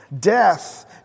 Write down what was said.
Death